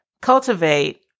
cultivate